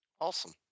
Awesome